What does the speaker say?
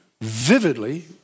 vividly